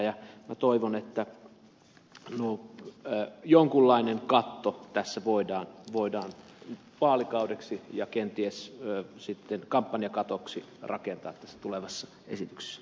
minä toivon että jonkunlainen katto voidaan vaalikaudeksi ja kenties sitten kampanjakatoksi rakentaa tässä tulevassa esityksessä